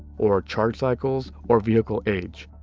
or charge cycles, or vehicle age,